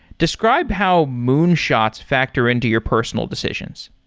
describe how moonshot's factor into your personal decisions.